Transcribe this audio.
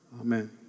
Amen